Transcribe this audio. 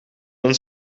een